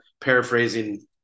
paraphrasing